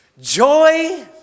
joy